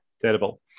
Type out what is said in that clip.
Terrible